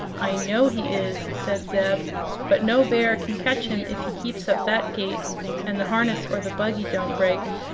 i know he is, said zeb but no bear can catch him if he keeps up that gait and the harness or the buggy don't break.